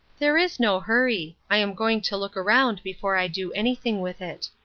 there is no hurry i am going to look around before i do anything with it.